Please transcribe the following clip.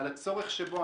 על הצורך שבו,